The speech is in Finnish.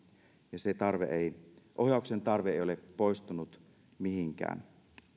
ja se ohjauksen tarve ei ole poistunut mihinkään